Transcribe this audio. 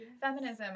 Feminism